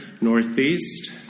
Northeast